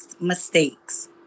mistakes